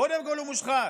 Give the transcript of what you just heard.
קודם כול הוא מושחת,